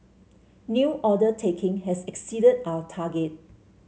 new order taking has exceeded our target